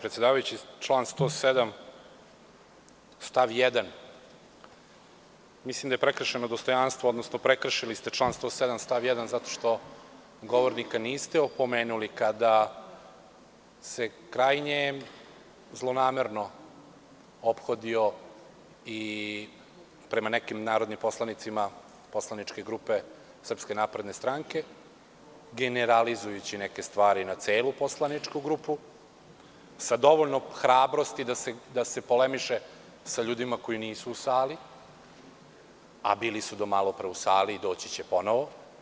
Reklamiram član 107. stav 1. Mislim da je prekršeno dostojanstvo, odnosno prekršili ste član 107. stav1. zato što govornika niste opomenuli kada se krajnje zlonamerno ophodio prema nekim narodnim poslanicima poslaničke grupe SNS, generalizujući neke stvari na celu poslaničku grupu, sa dovoljno hrabrosti da se polemiše sa ljudima koji nisu u sali, a bili su do malopre i doći će ponovo.